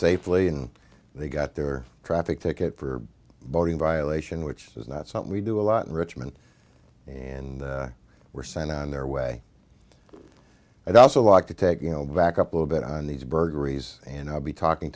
safely and they got their traffic ticket for violation which is not something we do a lot in richmond and were sent on their way i'd also like to take you back up little bit on these burglaries and i'll be talking